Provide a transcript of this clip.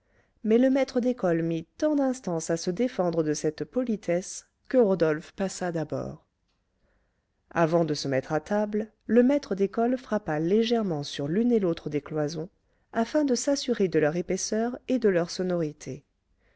mais le maître d'école mit tant d'instance à se défendre de cette politesse que rodolphe passa d'abord avant de se mettre à table le maître d'école frappa légèrement sur l'une et l'autre des cloisons afin de s'assurer de leur épaisseur et de leur sonorité